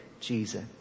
Jesus